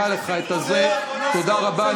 תגיד לי, מאיפה הכללים האלה?